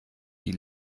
die